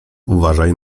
uważaj